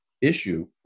issue